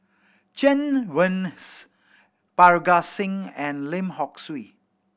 Chen Wen Hsi Parga Singh and Lim Hock Siew